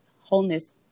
wholeness